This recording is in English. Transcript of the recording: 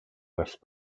west